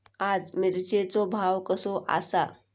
आज मिरचेचो भाव कसो आसा?